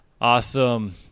Awesome